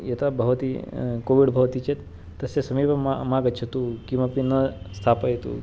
यथा भवति कोविड् भवति चेत् तस्य समीपं मा मा गच्छतु किमपि न स्थापयतु